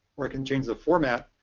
or i can change the format.